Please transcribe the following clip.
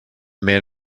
man